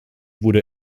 wurde